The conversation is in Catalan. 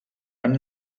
amb